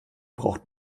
braucht